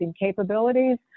capabilities